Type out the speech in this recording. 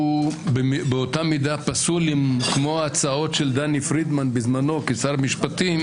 ובאותה מידה הוא פסול כמו ההצעות של דני פרידמן בזמנו כשר משפטים